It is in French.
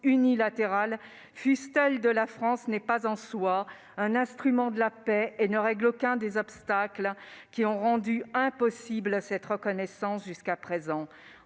unilatérale, fût-elle celle de la France, n'est pas en soi un instrument de la paix et ne lève aucun des obstacles qui ont rendu impossible cette reconnaissance jusqu'à présent.